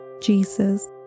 Jesus